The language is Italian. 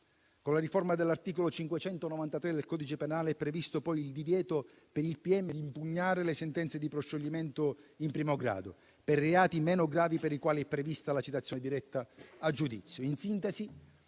Con la riforma dell'articolo 593 del codice penale è previsto poi il divieto per il pubblico ministero di impugnare le sentenze di proscioglimento in primo grado per reati meno gravi, per i quali è prevista la citazione diretta a giudizio.